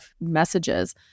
messages